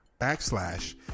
backslash